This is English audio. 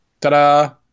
Ta-da